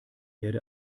erde